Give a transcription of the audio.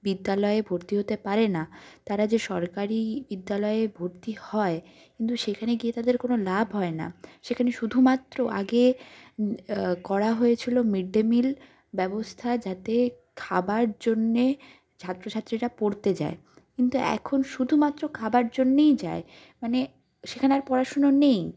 বিদ্যালয়ে ভর্তি হতে পারে না তারা যে সরকারি বিদ্যালয়ে ভর্তি হয় কিন্তু সেখানে গিয়ে তাদের কোনও লাভ হয় না সেখানে শুধুমাত্র আগে করা হয়েছিল মিড ডে মিল ব্যবস্থা যাতে খাবার জন্যে ছাত্র ছাত্রীরা পড়তে যায় কিন্তু এখন শুধুমাত্র খাবার জন্যই যায় মানে সেখানে আর পড়াশুনো নেই